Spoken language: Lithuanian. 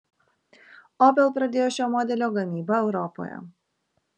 opel pradėjo šio modelio gamybą europoje